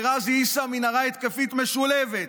לע'אזי עיסא מנהרה התקפית משולבת,